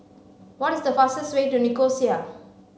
what is the fastest way to Nicosia